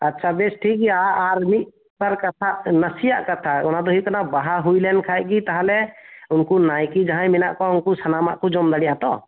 ᱟᱪᱪᱷᱟ ᱵᱮᱥᱴᱷᱤᱠ ᱜᱮᱭᱟ ᱟᱨ ᱟᱨ ᱢᱤᱫ ᱵᱟᱨ ᱠᱟᱛᱷᱟ ᱱᱟᱥᱮᱭᱟᱜ ᱠᱟᱛᱷᱟ ᱚᱱᱟᱫᱚ ᱦᱩᱭᱩᱜ ᱠᱟᱱᱟ ᱵᱟᱦᱟ ᱦᱩᱭᱞᱮᱱ ᱠᱷᱟᱱᱜᱮ ᱛᱟᱦᱚᱞᱮ ᱩᱱᱠᱩ ᱱᱟᱭᱠᱮ ᱡᱟᱦᱟᱸᱭ ᱦᱮᱱᱟᱜ ᱠᱚᱣᱟ ᱩᱱᱠᱩ ᱥᱟᱱᱟᱢᱟᱜ ᱠᱚ ᱡᱚᱢᱫᱟᱲᱮᱭᱟᱜᱼᱟ ᱛᱚ